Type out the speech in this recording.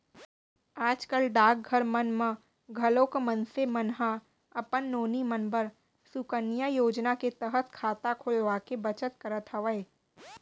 आज कल डाकघर मन म घलोक मनसे मन ह अपन नोनी मन बर सुकन्या योजना के तहत खाता खोलवाके बचत करत हवय